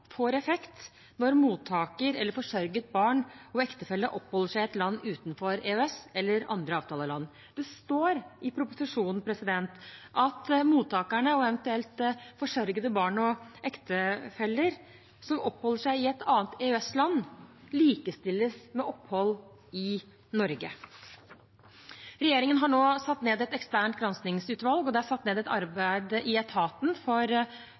får effekt når mottaker eller forsørget barn og ektefelle oppholder seg i land utenfor EØS eller andre avtaleland. Det står i proposisjonen at dersom mottakeren, og eventuelt forsørgede barn og ektefelle, oppholder seg i et annet EØS-land, likestilles det med opphold i Norge. Regjeringen har nå satt ned et eksternt granskingsutvalg, og det er satt ned et arbeid i etaten